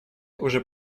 уже